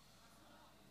ההצבעה: